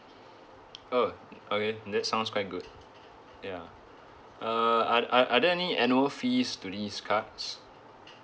oh okay that sounds quite good ya uh are are are there any annual fees to these cards